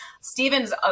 Stephen's